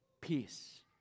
peace